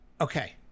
Okay